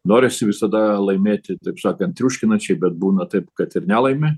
norisi visada laimėti taip sakant triuškinančiai bet būna taip kad ir nelaimi